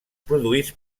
produïts